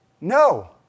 No